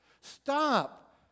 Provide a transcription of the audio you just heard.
Stop